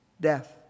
death